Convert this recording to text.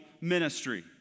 ministry